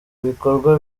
bikorwa